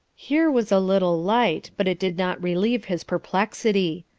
here was a little light, but it did not relieve his perplexity.